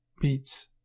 beats